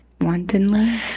wantonly